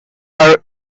are